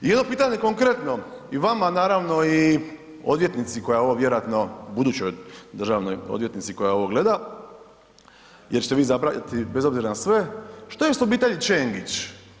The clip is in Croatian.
I jedno pitanje konkretno i vama naravno i odvjetnici koja ovo vjerojatno, budućoj državnoj odvjetnici koja ovo gleda jer ćete je vi izabrati bez obzira na sve, što je s obitelji Čengić?